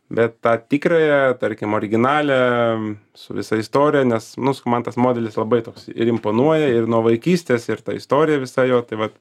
bet tą tikrąją tarkim originalią su visa istorija nes nus man tas modelis labai toks ir imponuoja ir nuo vaikystės ir ta istorija visa jo tai vat